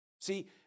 See